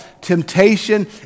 temptation